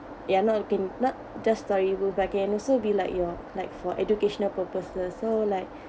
you are not looking not just storybook but can also be like your like for educational purposes so like